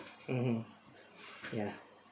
mmhmm ya